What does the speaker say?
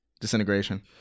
Disintegration